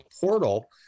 portal